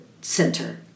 Center